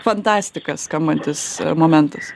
fantastika skambantis momentas